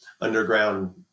underground